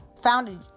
founded